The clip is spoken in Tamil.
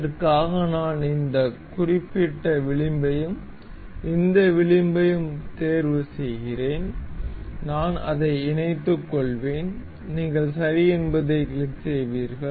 இதற்காக நான் இந்த குறிப்பிட்ட விளிம்பையும் இந்த விளிம்பையும் தேர்வு செய்கிறேன் நான் அதை இணைத்துக்கொள்வேன் நீங்கள் சரி என்பதைக் கிளிக் செய்வீர்கள்